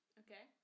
okay